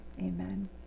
amen